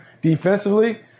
defensively